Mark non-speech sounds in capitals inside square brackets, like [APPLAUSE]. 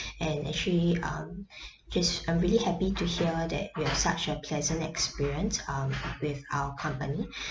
and actually um just I'm really happy to hear that you have such a pleasant experience um with our company [BREATH]